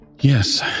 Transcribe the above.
Yes